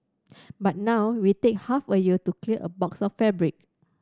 but now we take half a year to clear a box of fabric